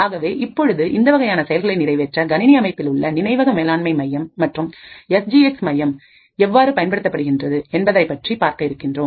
ஆகவே இப்பொழுது இந்த வகையான செயல்களை நிறைவேற்ற கணினி அமைப்பில் உள்ள நினைவக மேலாண்மை மையம் மற்றும் எஸ் ஜி எக்ஸ் மையம் எவ்வாறு பயன்படுத்தப்படுகின்றது என்பதைப்பற்றி பார்க்க இருக்கின்றோம்